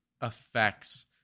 affects